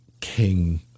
king